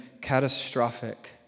catastrophic